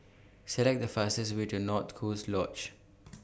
Select The fastest Way to North Coast Lodge